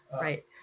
Right